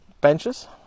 benches